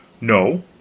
No